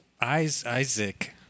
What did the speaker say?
Isaac